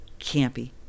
campy